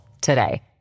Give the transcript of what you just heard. today